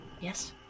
Yes